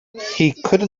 couldn’t